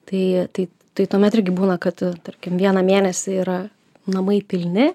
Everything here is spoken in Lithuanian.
tai tai tai tuomet irgi būna kad tarkim vieną mėnesį yra namai pilni